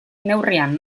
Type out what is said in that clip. neurrian